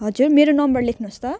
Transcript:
हजुर मेरो नम्बर लेख्नुहोस् त